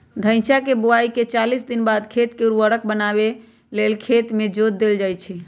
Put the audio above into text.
धइचा के बोआइके चालीस दिनबाद खेत के उर्वर बनावे लेल खेत में जोत देल जइछइ